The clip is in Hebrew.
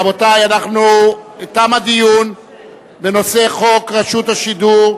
רבותי, תם הדיון בנושא חוק רשות השידור,